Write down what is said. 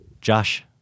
Josh